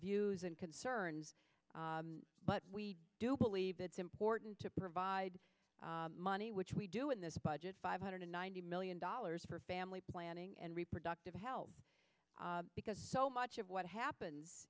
views and concerns but we do believe it's important to provide money which we do in this budget five hundred ninety million dollars for family planning and reproductive health because so much of what happens